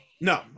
No